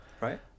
Right